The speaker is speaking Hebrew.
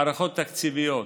הערכות תקציביות: